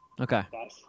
Okay